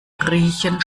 riechen